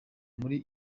buri